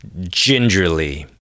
gingerly